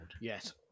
yes